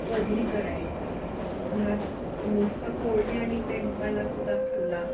कधी करायचा घरात नुसतं पोळी आणि पेंडपाला सुद्धा खाल्ला